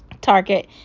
Target